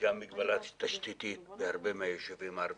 וגם מגבלת תשתיתית בהרבה מהיישובים הערביים,